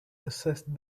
assessed